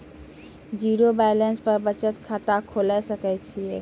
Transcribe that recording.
Zero balance पर बचत खाता खोले सकय छियै?